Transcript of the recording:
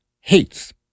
hates